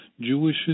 Jewish